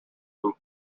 them